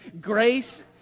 Grace